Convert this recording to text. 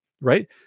Right